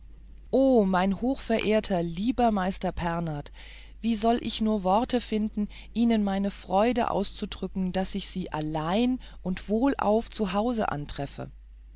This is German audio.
oh mein hochverehrter liebwerter meister pernath wie soll ich nur die worte finden ihnen meine freude auszudrücken daß ich sie allein und wohlauf zu hause antreffe